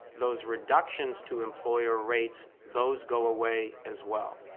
those reductions to employer rates, those go away as well.